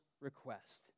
Request